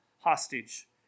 hostage